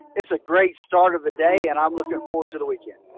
it's a great start of the day and i'm looking forward to the weekend.